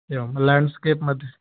एवं लेण्ड्स्केप्मध्ये